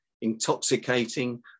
intoxicating